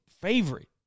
favorite